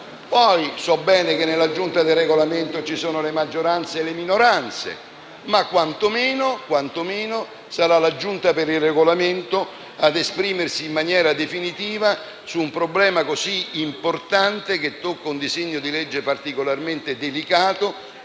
Poi so bene che nella Giunta per il Regolamento ci sono le maggioranze e le minoranze. Ma, quantomeno, sarà tale Giunta a esprimersi in maniera definitiva su un problema così importante, che tocca un disegno di legge particolarmente delicato